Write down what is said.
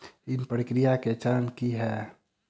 ऋण प्रक्रिया केँ चरण की है?